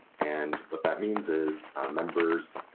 and what that means is members,